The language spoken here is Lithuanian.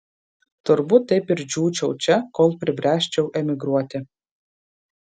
turbūt taip ir džiūčiau čia kol pribręsčiau emigruoti